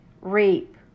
reap